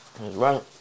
right